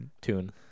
tune